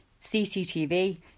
CCTV